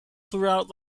throughout